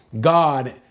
God